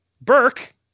Burke